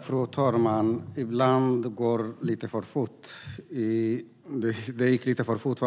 Fru talman! Ibland går det lite för fort. Det gick lite för fort